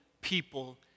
people